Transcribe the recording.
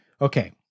Okay